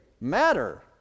Matter